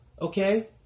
Okay